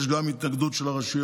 יש גם התנגדות של הרשויות,